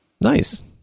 Nice